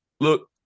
Look